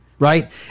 Right